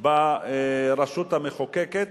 של הרשות המחוקקת